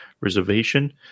reservation